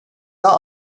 daha